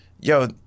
yo